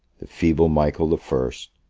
the feeble michael the first,